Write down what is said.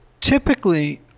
typically